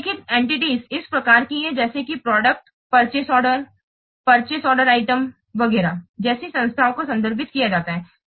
उल्लिखित एन्टीटीएस इस प्रकार की हैं जैसे कि product purchase order purchase order item वगैरह जैसी संस्थाओं को संदर्भित किया जाता है